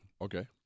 Okay